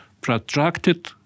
protracted